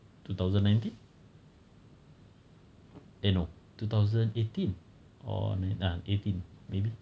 two thousand nineteen eh no two thousand eighteen or eighteen maybe